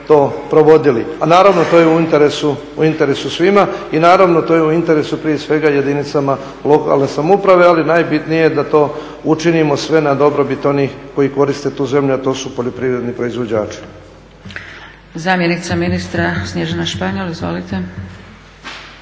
to je u interesu svima i naravno to je u interesu prije svega jedinicama lokalne samouprave. Ali najbitnije je da to učinimo sve na dobrobit onih koji koriste tu zemlju, a to su poljoprivredni proizvođači.